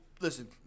listen